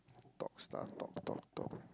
talk start talk talk talk